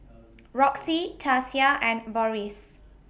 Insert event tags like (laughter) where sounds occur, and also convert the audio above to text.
(noise) Roxie Tasia and Boris